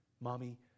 mommy